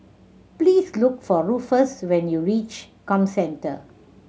please look for Ruffus when you reach Comcentre